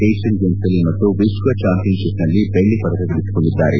Asian ಗೇಮ್ಸ್ನಲ್ಲಿ ಮತ್ತು ವಿಶ್ವ ಚಾಂಪಿಯನ್ ಶಿಪ್ನಲ್ಲಿ ಬೆಳ್ಳಪದಕ ಗಳಿಸಿಕೊಂಡಿದ್ದಾರೆ